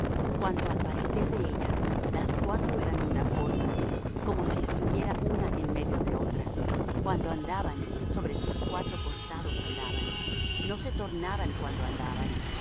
cuanto al parecer de ellas las cuatro eran de una forma como si estuviera una en medio de otra cuando andaban sobre sus cuatro costados andaban no se tornaban cuando andaban